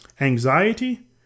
Anxiety